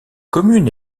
commune